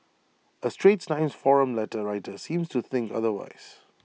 A straits times forum letter writer seems to think otherwise